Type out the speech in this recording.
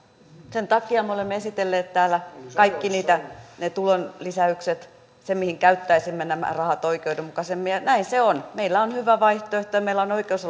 sen takia me olemme esitelleet täällä kaikki ne tulonlisäykset ja sen mihin käyttäisimme nämä rahat oikeudenmukaisemmin näin se on meillä on hyvä vaihtoehto ja meillä on oikeus